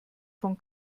von